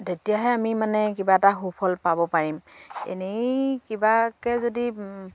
তেতিয়াহে আমি মানে কিবা এটা সুফল পাব পাৰিম এনেই কিবাকৈ যদি